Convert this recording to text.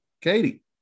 Katie